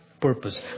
purpose